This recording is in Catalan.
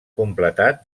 completat